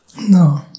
No